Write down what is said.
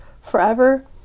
forever